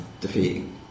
defeating